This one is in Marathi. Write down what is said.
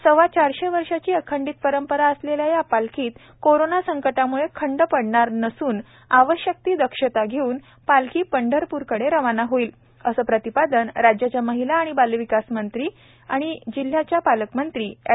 सव्वाचारशे वर्षांची अखंडित परंपरा असलेल्या या पालखीत कोरोना संकटामुळे खंड पडणार नसून आवश्यक ती दक्षता घेऊन पालखी पंढरपूरकडे रवाना होईल असे प्रतिपादन राज्याच्या महिला आणि बालविकास मंत्री तथा जिल्ह्याच्या पालकमंत्री अँड